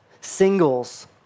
Singles